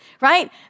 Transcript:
right